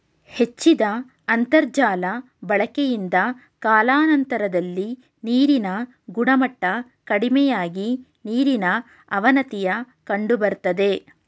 ಹೆಚ್ಚಿದ ಅಂತರ್ಜಾಲ ಬಳಕೆಯಿಂದ ಕಾಲಾನಂತರದಲ್ಲಿ ನೀರಿನ ಗುಣಮಟ್ಟ ಕಡಿಮೆಯಾಗಿ ನೀರಿನ ಅವನತಿಯ ಕಂಡುಬರ್ತದೆ